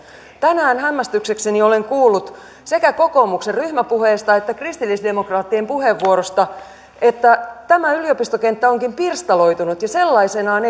tänään hämmästyksekseni olen kuullut sekä kokoomuksen ryhmäpuheesta että kristillisdemokraattien puheenvuorosta että tämä yliopistokenttä onkin pirstaloitunut ja sellaisenaan